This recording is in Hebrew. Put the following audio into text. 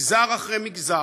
מגזר אחרי מגזר,